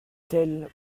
telle